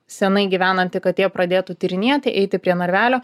senai gyvenanti katė pradėtų tyrinėti eiti prie narvelio